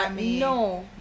No